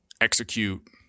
execute